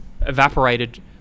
evaporated